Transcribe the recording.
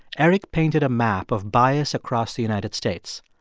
eric painted a map of bias across the united states.